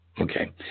Okay